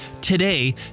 today